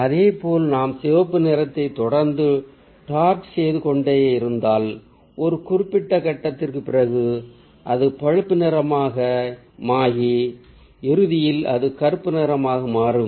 அதேபோல் நாம் சிவப்பு நிறத்தை தொடர்ந்து டார்க் செய்து கொண்டே இருந்தால் ஒரு குறிப்பிட்ட கட்டத்திற்குப் பிறகு அது பழுப்பு நிறமாகி இறுதியில் அது கருப்பு நிறமாக மாறும்